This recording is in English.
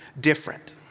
different